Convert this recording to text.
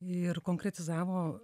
ir konkretizavo